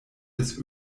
des